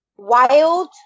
Wild